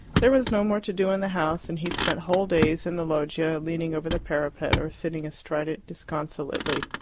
there was no more to do in the house, and he spent whole days in the loggia leaning over the parapet or sitting astride it disconsolately.